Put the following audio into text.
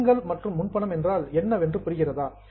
கடன்கள் மற்றும் முன்பணம் என்றால் என்ன என்று புரிகிறதா